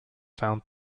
found